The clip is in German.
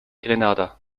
grenada